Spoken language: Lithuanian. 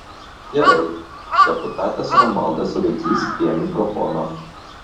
gerai deputatas romualdas rudzys prie mikrofono